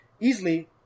easily